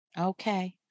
Okay